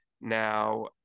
Now